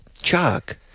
Chuck